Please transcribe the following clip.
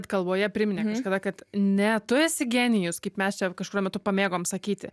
kalboje priminė kažkada kad ne tu esi genijus kaip mes čia kažkuriuo metu pamėgom sakyti